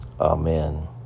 amen